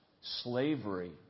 slavery